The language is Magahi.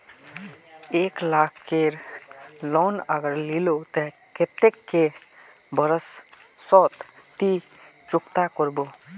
एक लाख केर लोन अगर लिलो ते कतेक कै बरश सोत ती चुकता करबो?